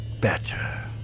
better